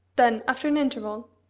then, after an interval,